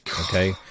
Okay